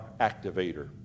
activator